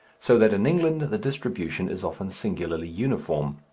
so that in england the distribution is often singularly uniform.